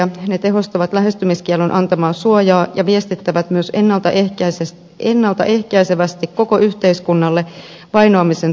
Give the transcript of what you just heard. ne tehostavat lähestymiskiellon antamaa suojaa ja viestittävät myös ennalta ehkäisevästi koko yhteiskunnalle vainoamisen tuomittavuuden